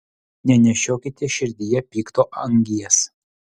nenešiokite širdyje pikto angies